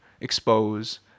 expose